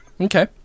Okay